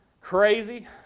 crazy